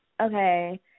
okay